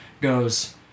goes